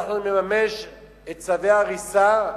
אנחנו נממש את צווי ההריסה,